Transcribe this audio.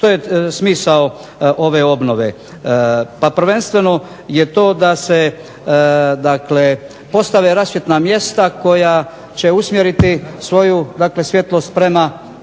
što je smisao ove obnove? Pa prvenstveno je to da se dakle postave rasvjetna mjesta koja će usmjeriti svoju svjetlost prema